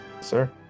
Sir